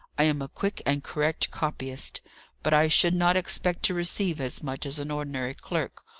i am a quick and correct copyist but i should not expect to receive as much as an ordinary clerk,